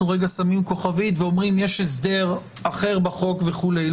שמים כוכבית ואומרים שיש הסדר אחר בחוק וכולי.